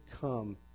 come